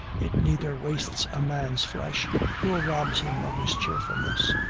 it neither wastes a man's flesh nor robs him of his cheerfulness.